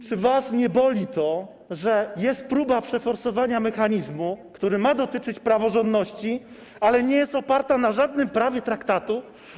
Czy was to nie boli, że jest próba przeforsowania mechanizmu, który ma dotyczyć praworządności, ale nie jest oparta na żadnym prawie traktatowym?